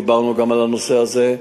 דיברנו גם על הנושא הזה,